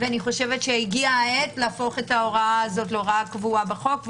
אני חושבת שהגיעה העת להפוך את ההוראה הזאת להוראה קבועה בחוק,